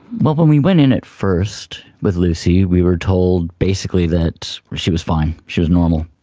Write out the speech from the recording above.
well, when we went in at first with lucy we were told basically that she was fine, she was normal,